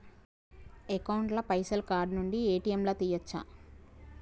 Account ల పైసల్ card నుండి ఏ.టి.ఎమ్ లా తియ్యచ్చా?